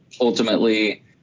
ultimately